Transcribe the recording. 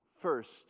first